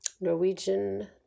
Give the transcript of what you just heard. Norwegian